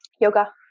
yoga